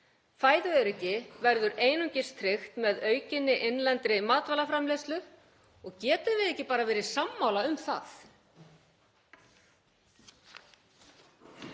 Fæðuöryggi verður einungis tryggt með aukinni innlendri matvælaframleiðslu. Getum við ekki bara verið sammála um það?